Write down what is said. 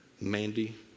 Mandy